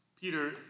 Peter